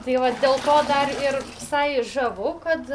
tai vat dėl to dar ir visai žavu kad